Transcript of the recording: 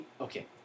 okay